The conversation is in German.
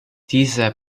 dieser